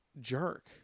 jerk